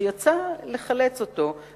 שיצא לחלץ אותו,